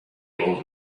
old